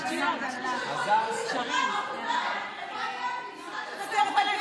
רק גברים יכולים להיות יו"רים אצלכם.